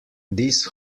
this